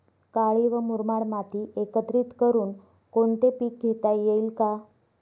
काळी व मुरमाड माती एकत्रित करुन कोणते पीक घेता येईल का?